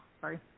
sorry